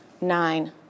nine